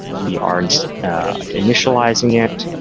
we are and so initializing it.